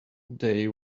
they